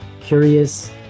curious